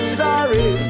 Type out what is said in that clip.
sorry